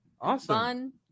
awesome